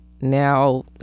now